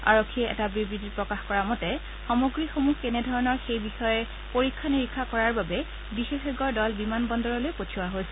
আৰক্ষীয়ে এটা বিবৃতিত প্ৰকাশ কৰা মতে সামগ্ৰীসমূহ কেনে ধৰণৰ সেই বিষয়ে পৰীক্ষা নিৰীক্ষা কৰাৰ বাবে বিশেষজ্ঞৰ দল বিমান বন্দৰলৈ পঠিওৱা হৈছে